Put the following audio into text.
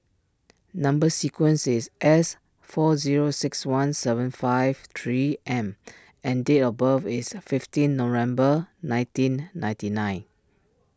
Number Sequence is S four zero six one seven five three M and date of birth is fifteen November nineteen ninety nine